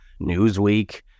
Newsweek